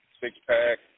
six-pack